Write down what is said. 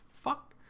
fuck